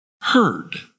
heard